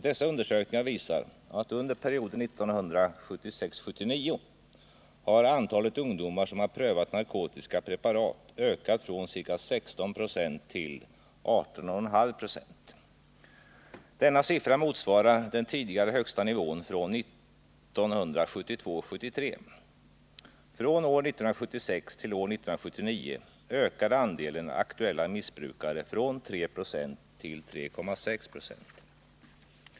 Dessa undersökningar visar att under perioden 1976-1979 har antalet ungdomar som har prövat narkotiska preparat ökat från ca 16 96 till 18,5 26. Denna siffra motsvarar den tidigare högsta nivån från 1972-1973. Från år 1976 till år 1979 ökade andelen aktuella missbrukare från 3,0 9 till 3,6 96.